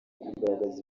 kugaragaza